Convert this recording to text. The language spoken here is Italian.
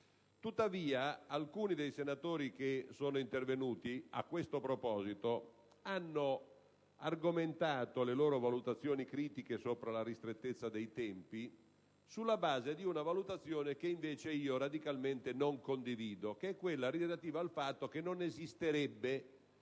tuttavia, alcuni dei senatori intervenuti a questo proposito hanno argomentato le loro valutazioni critiche sulla ristrettezza dei tempi sulla base di una valutazione che, invece, io radicalmente non condivido. È la valutazione relativa al fatto che non esisterebbe,